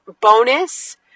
bonus